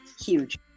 Huge